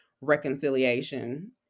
reconciliation